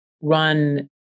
run